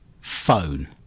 phone